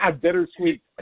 bittersweet